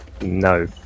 No